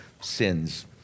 sins